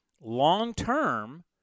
long-term